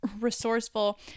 resourceful